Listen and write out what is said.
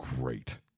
great